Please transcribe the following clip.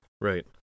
Right